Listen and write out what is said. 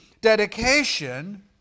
dedication